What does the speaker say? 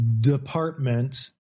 department